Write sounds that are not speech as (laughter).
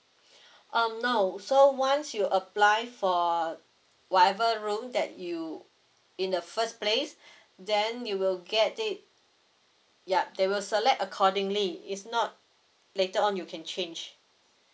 (breath) um no so once you apply for whatever room that you in the first place (breath) then you will get it yup they will select accordingly is not later on you can change